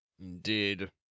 Indeed